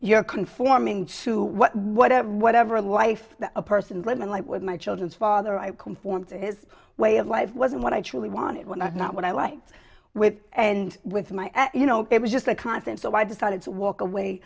you're conforming to what whatever whatever life a person living like with my children's father i conform to his way of life wasn't what i truly wanted when i was not what i liked with and with my you know it was just a constant so i decided to walk away